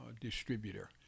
distributor